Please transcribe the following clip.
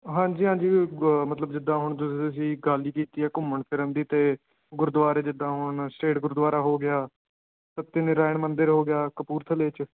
ਹਾਂਜੀ ਹਾਂਜੀ ਮਤਲਬ ਜਿੱਦਾਂ ਹੁਣ ਤੁਸ ਤੁਸੀਂ ਗੱਲ ਹੀ ਕੀਤੀ ਆ ਘੁੰਮਣ ਫਿਰਨ ਦੀ ਅਤੇ ਗੁਰਦੁਆਰੇ ਜਿੱਦਾਂ ਹੁਣ ਸਟੇਟ ਗੁਰਦੁਆਰਾ ਹੋ ਗਿਆ ਸਤਿਆਨਾਰਾਇਣ ਮੰਦਰ ਹੋ ਗਿਆ ਕਪੂਰਥਲੇ 'ਚ